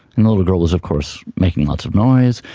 and the little girl was of course making lots of noise,